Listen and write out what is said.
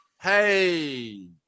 Hey